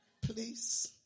Please